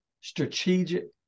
strategic